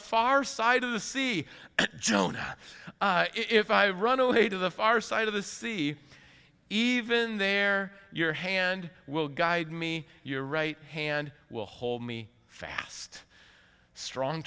far side of the sea jonah if i run away to the far side of the sea even there your hand will guide me your right hand will hold me fast strong